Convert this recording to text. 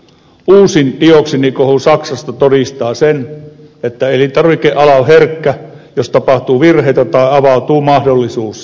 uusin dioksiinikohu saksassa todistaa sen että elintarvikeala on herkkä jos tapahtuu virheitä tai avautuu mahdollisuus sabotaasiin